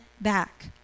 back